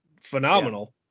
phenomenal